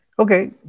Okay